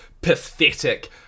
pathetic